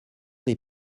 des